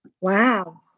Wow